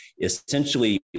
Essentially